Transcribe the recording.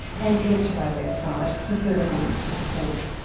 and head to our website for further links to support.